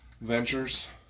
ventures